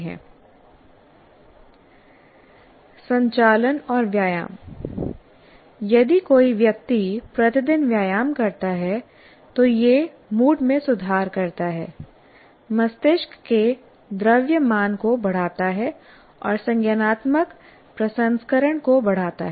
संचलन और व्यायाम यदि कोई व्यक्ति प्रतिदिन व्यायाम करता है तो यह मूड में सुधार करता है मस्तिष्क के द्रव्यमान को बढ़ाता है और संज्ञानात्मक प्रसंस्करण को बढ़ाता है